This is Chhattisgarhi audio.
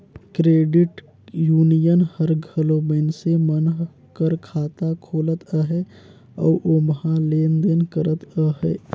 क्रेडिट यूनियन हर घलो मइनसे मन कर खाता खोलत अहे अउ ओम्हां लेन देन करत अहे